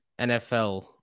NFL